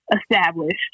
established